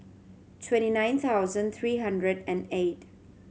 twenty nine thousand three hundred and eight